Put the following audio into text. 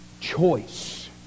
choice